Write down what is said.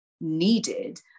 needed